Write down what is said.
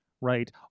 right